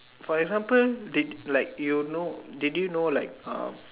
for example did like you know did you know like uh